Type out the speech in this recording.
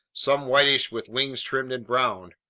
some whitish with wings trimmed in brown,